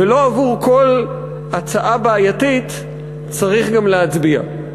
ולא עבור כל הצעה בעייתית צריך גם להצביע.